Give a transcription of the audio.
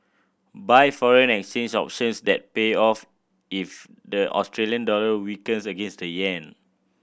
buy foreign exchange options that pay off if the Australian dollar weakens against the yen